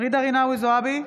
ג'ידא רינאוי זועבי,